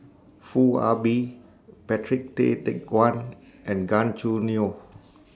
Foo Ah Bee Patrick Tay Teck Guan and Gan Choo Neo